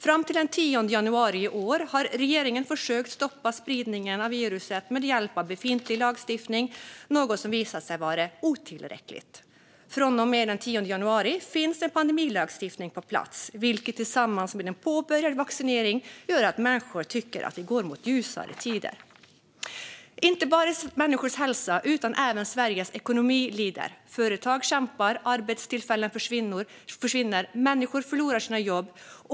Fram till den 10 januari i år har regeringen försökt att stoppa spridningen av viruset med hjälp av befintlig lagstiftning, något som visat sig vara otillräckligt. Från och med den 10 januari finns en pandemilagstiftning på plats, vilket tillsammans med den påbörjade vaccineringen gör att människor tycker att vi går mot ljusare tider. Inte bara människors hälsa utan också Sveriges ekonomi lider. Företag kämpar. Arbetstillfällen försvinner. Människor förlorar sina jobb.